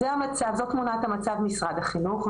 אז זו תמונת המצב, משרד החינוך.